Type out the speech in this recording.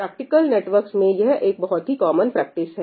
practical networks में यह एक बहुत ही कॉमन प्रैक्टिस है